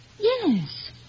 Yes